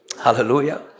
Hallelujah